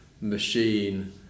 machine